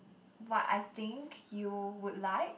what I think you would like